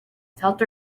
felt